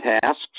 tasks